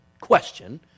question